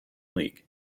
league